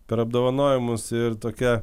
per apdovanojimus ir tokia